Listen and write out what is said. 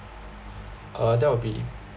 uh that will be